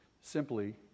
simply